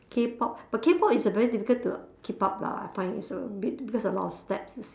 Kpop but Kpop is uh very difficult to keep up lah I find it's abit because a lot of steps you